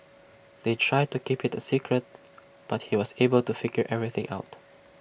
they tried to keep IT A secret but he was able to figure everything out